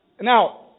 Now